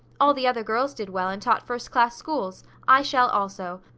all the other girls did well and taught first-class schools, i shall also.